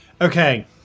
Okay